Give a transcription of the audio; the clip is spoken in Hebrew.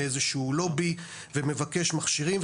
מאיזשהו לובי ומבקש מכשירים.